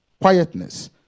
quietness